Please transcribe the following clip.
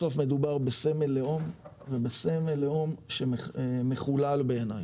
בסוף מדובר בסמל לאום ובסמל לאום שמחולל בעיני.